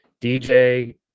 DJ